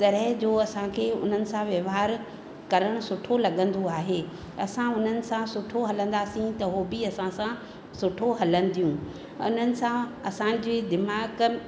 तरह जो असांखे उन्हनि सां वहिंवार करणु सुठो लॻंदो आहे असां उन्हनि सां सुठो हलंदासीं त उहो बि असां सां सुठो हलंदियूं उन्हनि सां असांजे दिमाग़